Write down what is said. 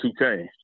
2K